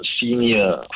senior